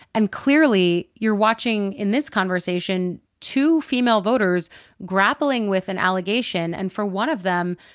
and clearly, you're watching, in this conversation, two female voters grappling with an allegation. and for one of them,